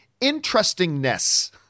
interestingness